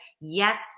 yes